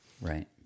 Right